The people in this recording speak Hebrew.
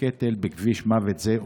לקטל בכביש מוות זה ובכלל?